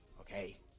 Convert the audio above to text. Okay